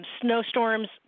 snowstorms